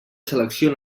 selecció